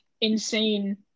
insane